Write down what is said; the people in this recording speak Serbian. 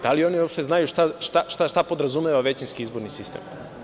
Da li oni uopšte znaju šta podrazumeva većinski izborni sistem?